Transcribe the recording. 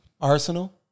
Arsenal